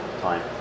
Time